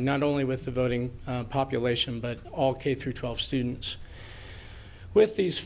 not only with the voting population but all k through twelve students with these